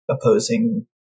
opposing